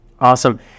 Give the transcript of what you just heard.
Awesome